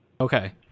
Okay